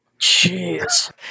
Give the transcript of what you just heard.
Jeez